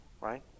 right